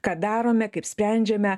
ką darome kaip sprendžiame